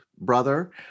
brother